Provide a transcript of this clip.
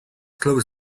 close